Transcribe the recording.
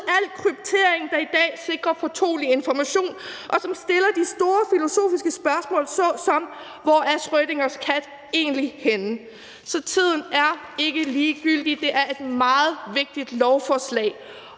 al kryptering, der i dag sikrer fortrolig information, og som stiller de store filosofiske spørgsmål såsom: Hvor er Schrödingers kat egentlig henne? Så tiden er ikke ligegyldig. Det er et meget vigtigt lovforslag,